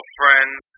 friends